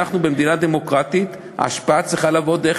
במדינה דמוקרטית ההשפעה צריכה לבוא דרך